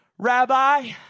Rabbi